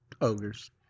ogres